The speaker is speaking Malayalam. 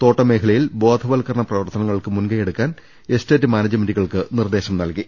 തോട്ടം മേഖലയിൽ ബോധവത്കരണ പ്രവർത്തനങ്ങൾക്ക് മുൻകൈ എടുക്കാൻ എസ്റ്റേറ്റ് മാനേജ്മെന്റുകൾക്ക് നിർദ്ദേശം നൽകി